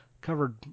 covered